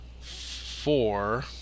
four